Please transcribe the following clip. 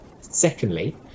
secondly